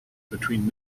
between